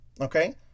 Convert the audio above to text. Okay